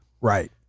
Right